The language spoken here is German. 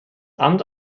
amt